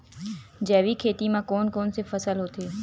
जैविक खेती म कोन कोन से फसल होथे?